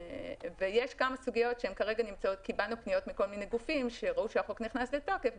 ויש כמה סוגיות קיבלנו פניות מכל מיני גופים שראו שהחוק נכנס לתוקף,